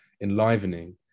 enlivening